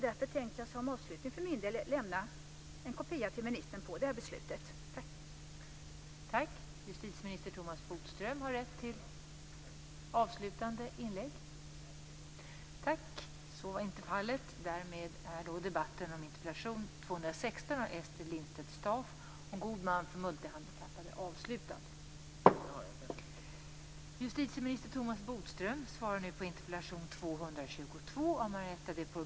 Därför tänkte jag som avslutning för min del lämna en kopia på det här beslutet till ministern.